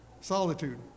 Solitude